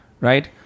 right